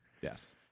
Yes